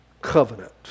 covenant